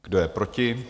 Kdo je proti?